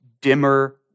dimmer